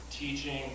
Teaching